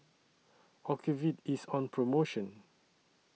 Ocuvite IS on promotion